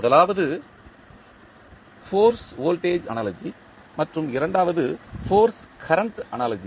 முதலாவது force voltage analogy மற்றும் இரண்டாவது ஃபோர்ஸ் கரண்ட் அனாலஜி